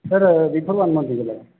sir before one month ହେଇଗଲାଣି